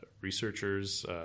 researchers